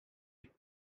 and